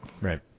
Right